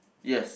yes